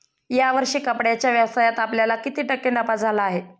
या वर्षी कपड्याच्या व्यवसायात आपल्याला किती टक्के नफा झाला आहे?